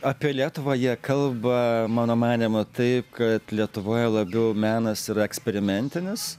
apie lietuvą jie kalba mano manymu taip kad lietuvoje labiau menas yra eksperimentinis